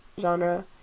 genre